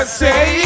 say